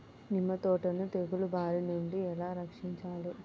నిమ్మ తోటను తెగులు బారి నుండి ఎలా రక్షించాలి?